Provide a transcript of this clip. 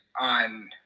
on